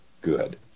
good